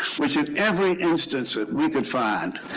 which in every instance we could find,